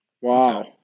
Wow